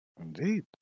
Indeed